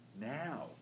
Now